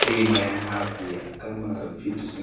bima ya afya, kama vitu zingine.